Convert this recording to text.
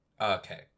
Okay